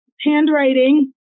handwriting